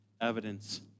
evidence